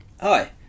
hi